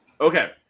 Okay